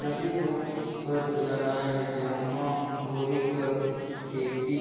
नकली नोट कर चलनए जमाखोरी कर सेती